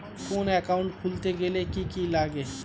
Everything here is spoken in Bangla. কোন একাউন্ট খুলতে গেলে কি কি লাগে?